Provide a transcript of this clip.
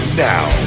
now